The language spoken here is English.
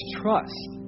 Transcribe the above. trust